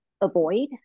avoid